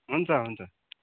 हुन्छ हुन्छ